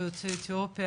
או יוצאי אתיופיה,